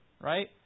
right